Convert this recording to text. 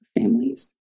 families